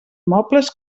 mobles